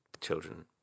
children